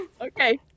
Okay